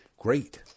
great